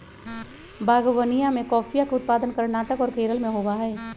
बागवनीया में कॉफीया के उत्पादन कर्नाटक और केरल में होबा हई